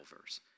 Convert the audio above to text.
verse